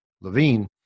Levine